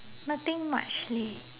nothing much leh